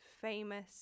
famous